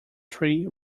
three